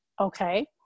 Okay